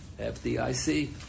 FDIC